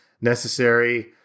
necessary